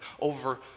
over